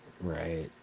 right